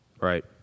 Right